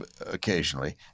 occasionally